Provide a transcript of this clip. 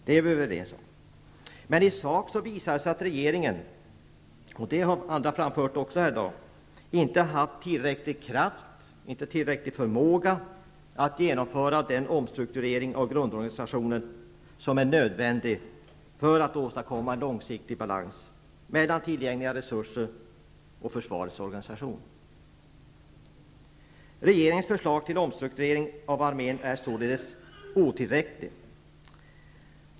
Men i sak har det visat sig att regeringen -- och det har också andra framfört i dag -- inte har haft tillräcklig kraft och förmåga att genomföra den omstrukturering av grundorganisationen som är nödvändig för att åstadkomma en långsiktig balans mellan tillgängliga resurser och försvarets organisation. Regeringens förslag till omstrukturering av armén är således otillräcklig.